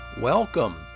Welcome